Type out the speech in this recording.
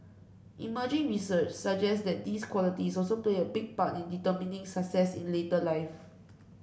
emerging research suggests that these qualities also play a big part in determining success in later life